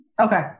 Okay